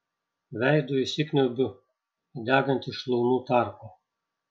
veidu įsikniaubiu į degantį šlaunų tarpą